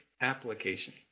application